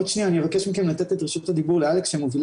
עוד שנייה אני אבקש מכם לתת את רשות הדיבור לאלכס שמובילה